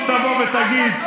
במקום שתבוא ותגיד,